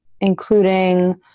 including